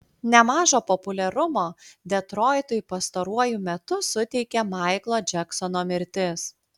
nemažo populiarumo detroitui pastaruoju metu suteikė maiklo džeksono mirtis